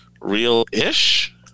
real-ish